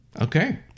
okay